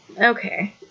Okay